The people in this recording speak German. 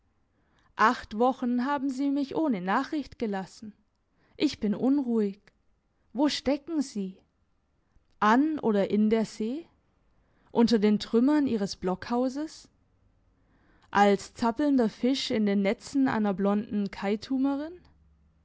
acht wochen haben sie mich ohne nachricht gelassen ich bin unruhig wo stecken sie an oder in der see unter den trümmern ihres blockhauses als zappelnder fisch in den netzen einer blonden